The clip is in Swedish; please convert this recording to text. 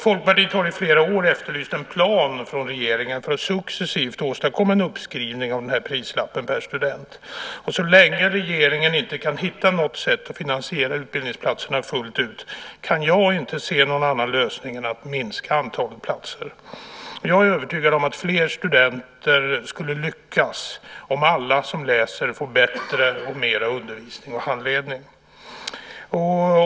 Folkpartiet har i flera år efterlyst en plan från regeringen för att successivt åstadkomma en uppskrivning av prislappen per student. Så länge regeringen inte kan hitta något sätt att finansiera utbildningsplatserna fullt ut kan jag inte se någon annan lösning än att minska antalet platser. Jag är övertygad om att fler studenter skulle lyckas om alla som läser får bättre och mera undervisning och handledning.